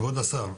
כבוד השר,